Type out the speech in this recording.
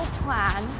plan